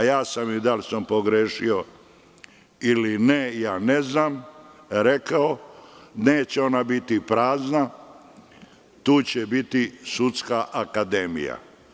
Da li sam pogrešio ili ne, ne znam, rekao sam – neće ona biti prazna, tu će biti sudska akademija.